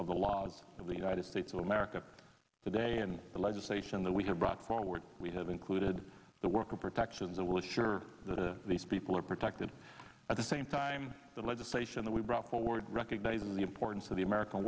of the laws of the united states of america today and the legislation that we have brought forward we have included the worker protections a look sure the these people are protected at the same time the legislation that we brought forward recognizes the importance of the american